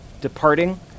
departing